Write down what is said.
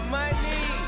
money